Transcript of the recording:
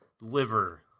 liver